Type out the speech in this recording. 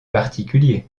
particulier